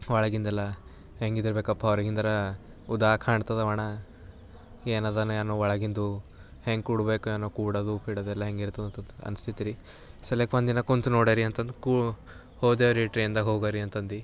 ಒಳಗಿಂದೆಲ್ಲ ಹೆಂಗ ಇದ್ದಿರಬೇಕಪ್ಪ ಹೊರಗಿಂದರೆ ಉದ್ದಕ್ಕೆ ಕಾಣ್ತದೆ ಒಣ ಏನಿದೆಏನು ಏನೋ ಒಳಗಿಂದು ಹೆಂಗೆ ಕೂಡಬೇಕೇನೋ ಕೂಡೋದು ಬಿಡೊದೆಲ್ಲ ಹೆಂಗಿರ್ತದೆ ಅಂತಂತ ಅನಿಸಿತ್ತು ರೀ ಸೆಲೆಕ್ಕೆ ಒಂದಿನ ಕೂತು ನೋಡರೀ ಅಂತಂದು ಕೂ ಹೋದೆ ರೀ ಟ್ರೈನ್ದಾಗೆ ಹೋಗರೀ ಅಂತಂದು